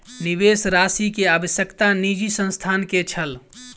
निवेश राशि के आवश्यकता निजी संस्थान के छल